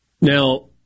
Now